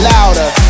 Louder